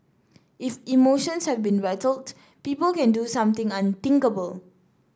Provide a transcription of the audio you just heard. if emotions have been rattled people can do something unthinkable